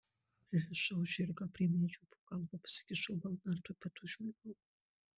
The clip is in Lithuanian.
pririšau žirgą prie medžio po galva pasikišau balną ir tuoj pat užmigau